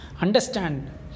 understand